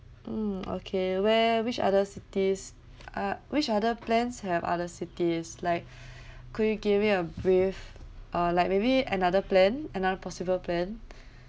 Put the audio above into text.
mm okay where which other cities uh which other plans have other cities like could you give me a brief or like maybe another plan another possible plan